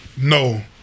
no